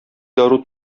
дару